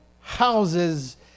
houses